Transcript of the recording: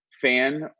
fan